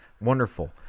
wonderful